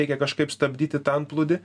reikia kažkaip stabdyti tą antplūdį